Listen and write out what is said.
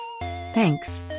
Thanks